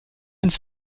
ins